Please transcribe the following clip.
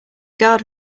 guard